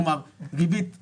כלומר ריבית דריבית,